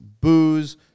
booze